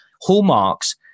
hallmarks